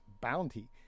bounty